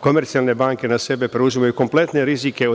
komercijalne banke na sebe preuzimaju kompletne rizike